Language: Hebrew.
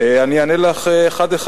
אני אענה לך אחד אחד.